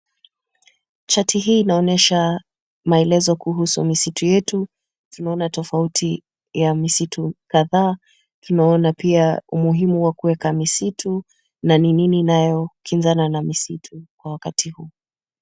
Chati hii inaonyesha maelezo kuhusu misitu yetu. Tunaona tofauti ya misitu kadhaa, tunaona pia umuhimu wa kuweka misitu na ni nini inayokinzana na misitu kwa wakati huu.